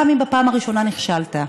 גם אם בפעם הראשונה נכשלת,